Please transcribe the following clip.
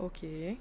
okay